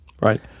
Right